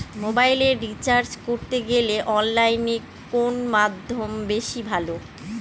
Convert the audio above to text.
মোবাইলের রিচার্জ করতে গেলে অনলাইনে কোন মাধ্যম বেশি ভালো?